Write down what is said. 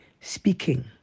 speaking